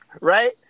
right